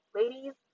ladies